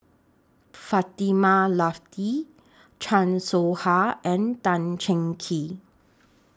Fatimah Lateef Chan Soh Ha and Tan Cheng Kee